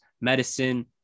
medicine